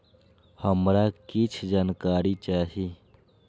हमरा कीछ जानकारी चाही